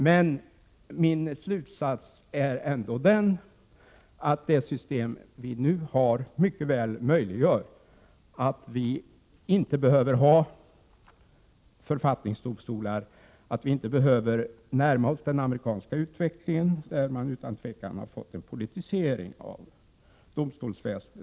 Men min slutsats är ändå den att det system som vi nu har mycket väl möjliggör att vi inte behöver ha författningsdomstolar, dvs. att vi inte behöver närma oss den amerikanska utvecklingen, där man utan tvivel fått en politisering av domstolsväsendet.